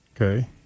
Okay